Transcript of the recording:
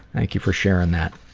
thank you for sharing that.